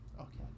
okay